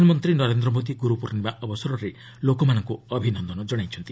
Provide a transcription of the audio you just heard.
ପ୍ରଧାନମନ୍ତ୍ରୀ ନରେନ୍ଦ୍ର ମୋଦି ଗୁରୁପୂର୍ଣ୍ଣିମା ଅବସରରେ ଲୋକମାନଙ୍କୁ ଅଭିନନ୍ଦନ ଜଣାଇଛନ୍ତି